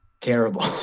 terrible